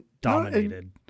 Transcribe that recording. dominated